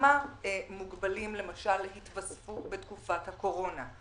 כמה מוגבלים למשל התווספו בתקופת הקורונה,